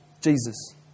Jesus